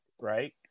right